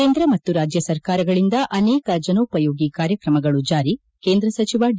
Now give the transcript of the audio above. ಕೇಂದ್ರ ಮತ್ತು ರಾಜ್ಯ ಸರ್ಕಾರಗಳಿಂದ ಅನೇಕ ಜನೋಪಯೋಗಿ ಕಾರ್ಯಕ್ರಮಗಳು ಜಾರಿ ಕೇಂದ್ರ ಸಚಿವ ಡಿ